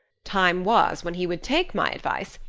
time was when he would take my advice,